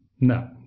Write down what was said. No